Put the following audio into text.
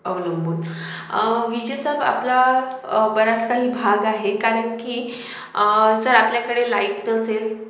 अवलंबून विजेचा आपला बराच काही भाग आहे कारण की जर आपल्याकडे लाइट नसेल